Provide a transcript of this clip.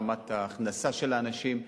רמת ההכנסה של האנשים.